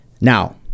Now